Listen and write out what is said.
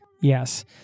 Yes